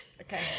Okay